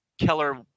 Keller